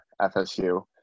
FSU